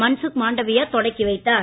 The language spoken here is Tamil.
மன்சுக் மாண்டவியா தொடக்கி வைத்தார்